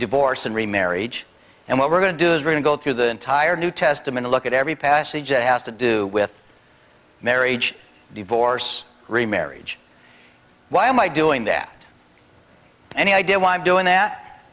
divorce and remarriage and what we're going to do is really go through the entire new testament look at every passage that has to do with marriage divorce remarriage why am i doing that any idea why i'm doing that